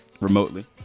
remotely